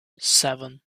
seven